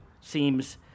seems